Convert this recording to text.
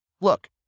look